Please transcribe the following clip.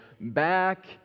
back